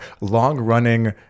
long-running